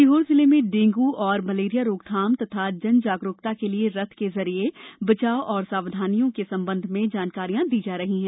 सीहोर जिले में डेगू और मलेरिया रोकथाम और जन जागरूकता के लिये रथ के जरिये बचाव और सावधानियां के संबंध में जानकारियां दी जा रही है